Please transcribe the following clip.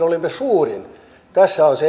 tässä on se ero